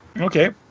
Okay